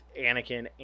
Anakin